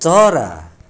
चरा